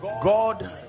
God